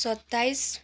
सत्ताइस